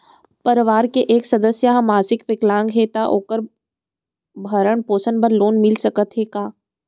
परवार के एक सदस्य हा मानसिक विकलांग हे त का वोकर भरण पोषण बर लोन मिलिस सकथे का?